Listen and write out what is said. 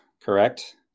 correct